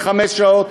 וחמש שעות,